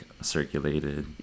circulated